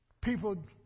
people